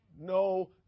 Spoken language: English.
No